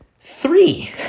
three